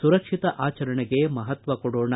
ಸುರಕ್ಷಿತ ಆಚರಣೆಗೆ ಮಪತ್ವ ಕೊಡೋಣ